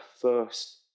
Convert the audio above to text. first